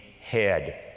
head